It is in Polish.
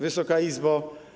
Wysoka Izbo!